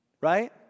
Right